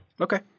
Okay